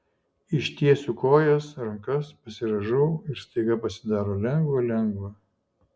ištiesiu kojas rankas pasirąžau ir staiga pasidaro lengva lengva